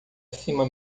acima